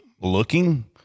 looking